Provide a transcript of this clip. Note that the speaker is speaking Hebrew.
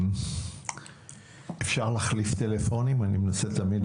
אפשר להחליף טלפונים ביניכם?